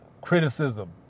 criticism